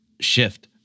shift